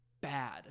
bad